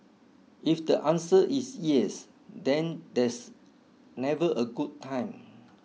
if the answer is yes then there's never a good time